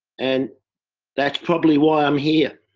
and that's probably why i am here.